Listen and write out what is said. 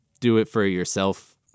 do-it-for-yourself